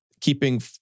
keeping